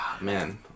man